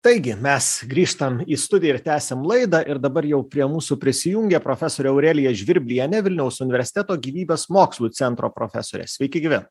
taigi mes grįžtam į studiją ir tęsiam laidą ir dabar jau prie mūsų prisijungė profesorė aurelija žvirblienė vilniaus universiteto gyvybės mokslų centro profesorė sveiki gyvi